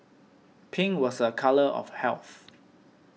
pink was a colour of health